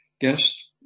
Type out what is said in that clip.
guest